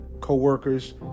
co-workers